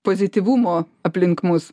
pozityvumo aplink mus